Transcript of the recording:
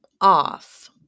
off